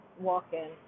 walk-in